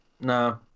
No